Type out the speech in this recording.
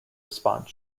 response